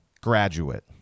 graduate